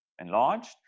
enlarged